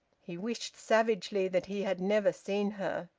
he wished savagely that he had never seen her.